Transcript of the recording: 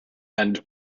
and